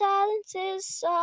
Silences